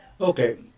Okay